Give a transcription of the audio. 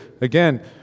again